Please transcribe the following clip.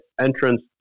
entrance